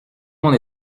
monde